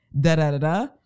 da-da-da-da